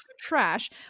trash